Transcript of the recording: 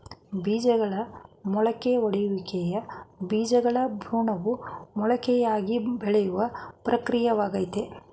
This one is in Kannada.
ಬೀಜಗಳ ಮೊಳಕೆಯೊಡೆಯುವಿಕೆಯು ಬೀಜಗಳ ಭ್ರೂಣವು ಮೊಳಕೆಯಾಗಿ ಬೆಳೆಯೋ ಪ್ರಕ್ರಿಯೆಯಾಗಯ್ತೆ